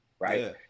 Right